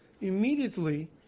immediately